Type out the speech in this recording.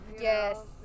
Yes